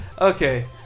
okay